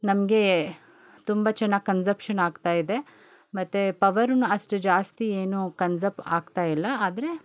ನಮಗೆ ತುಂಬ ಚೆನ್ನಾಗ್ ಕನ್ಸಪ್ಷನ್ ಆಗ್ತಾಯಿದೆ ಮತ್ತು ಪವರುನು ಅಷ್ಟು ಜಾಸ್ತಿ ಏನು ಕನ್ಸಪ್ ಆಗ್ತಾಯಿಲ್ಲ ಆದರೆ